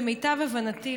למיטב הבנתי,